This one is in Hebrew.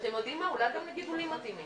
אתם יודעים מה, אולי גם לגידולים מתאימים.